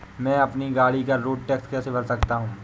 मैं अपनी गाड़ी का रोड टैक्स कैसे भर सकता हूँ?